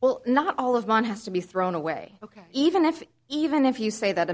well not all of one has to be thrown away ok even if even if you say that